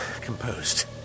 composed